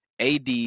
AD